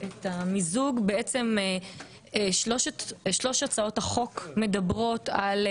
חוק ומשפט בדבר מיזוג הצעות החוק הבאות והקדמת הדיון בהצעת החוק